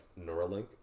Neuralink